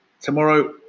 tomorrow